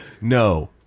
No